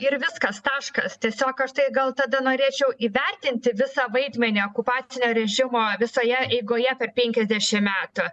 ir viskas taškas tiesiog aš tai gal tada norėčiau įvertinti visą vaidmenį okupacinio režimo visoje eigoje per penkiasdešim metų